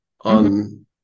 on